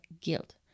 Guilt